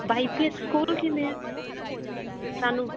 Y P S school ਕਿਵੇਂ ਹੈ ਸਾਨੂੰ